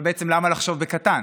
אבל בעצם למה לחשוב בקטן?